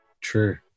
true